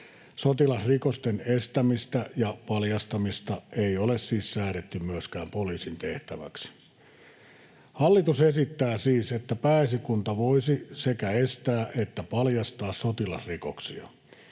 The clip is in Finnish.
Sotilasrikosten estämistä ja paljastamista ei ole siis säädetty myöskään poliisin tehtäväksi. Hallitus esittää siis, että Pääesikunta voisi sekä estää että paljastaa sotilasrikoksia.